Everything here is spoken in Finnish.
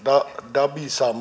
dambisa